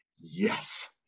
yes